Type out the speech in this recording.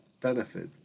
benefit